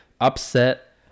upset